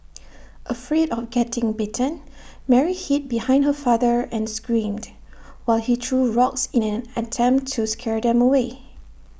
afraid of getting bitten Mary hid behind her father and screamed while he threw rocks in an attempt to scare them away